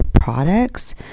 products